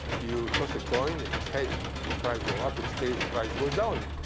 you toss a coin. if it's heads, your price go up. it's tails, price goes down.